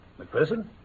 McPherson